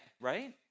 right